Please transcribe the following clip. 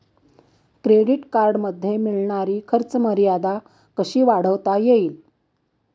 Credit कार्डमध्ये मिळणारी खर्च मर्यादा कशी वाढवता येईल?